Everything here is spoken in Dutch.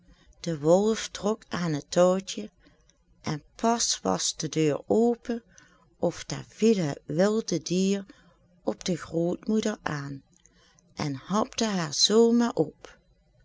de wolf trok aan het touwtje en pas was de deur open of daar viel het wilde dier op de grootmoeder aan en hapte haar zoo maar op